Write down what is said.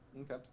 Okay